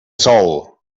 sol